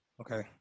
Okay